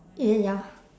ya ya